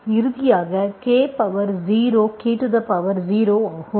இறுதியாக K power 0 K0 ஆகும்